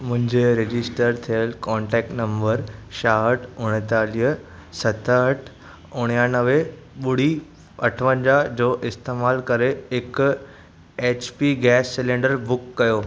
मुंहिंजे रजिस्टर थियलु कोन्टेक्टु नंबरु छाहठि उणेतालीह सतहठि उणानवे ॿुड़ी अठवंजाहु जो इस्तेमालु करे हिकु एच पी गैस सिलेंडरु बुक कयो